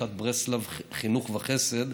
לעמותת ברסלב חינוך וחסד,